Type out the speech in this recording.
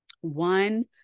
one